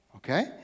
Okay